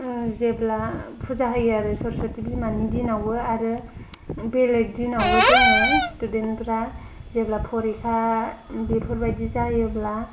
जेब्ला फुजा होयो आरो सर'सति बिमानि दिनावबो आरो बेलेग दिनावबो जोङो स्तुडेनफ्रा जेब्ला परिखा बेफोरबादि जायोब्ला